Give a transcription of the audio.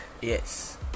Yes